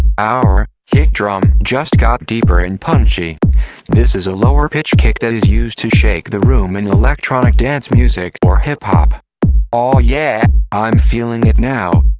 our kick drum just got deeper and punchy this is a lower pitch kick that is used to shake the room in electronic dance music or hip-hop all yeah i'm feeling it now